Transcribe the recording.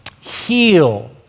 heal